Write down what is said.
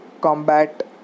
combat